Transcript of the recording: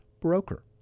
broker